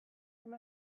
there